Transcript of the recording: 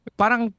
parang